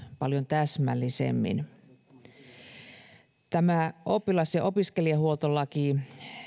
paljon täsmällisemmin oppilas ja opiskelijahuoltolaki